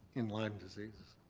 in lyme disease.